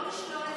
לא לשלול אזרחות,